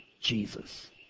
Jesus